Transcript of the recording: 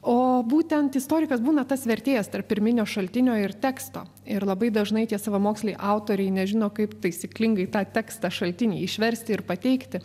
o būtent istorikas būna tas vertėjas tarp pirminio šaltinio ir teksto ir labai dažnai tie savamoksliai autoriai nežino kaip taisyklingai tą tekstą šaltinį išversti ir pateikti